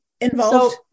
involved